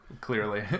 Clearly